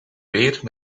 weer